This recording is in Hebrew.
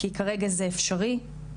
כי כרגע זה אפשרי.